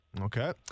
Okay